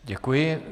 Děkuji.